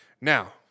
Now